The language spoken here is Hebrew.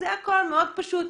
מאוד פשוט.